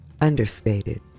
Understated